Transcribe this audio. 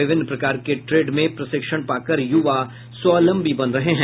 विभिन्न प्रकार के ट्रेड में प्रशिक्षण पाकर युवा स्वावलंबी बन रहे हैं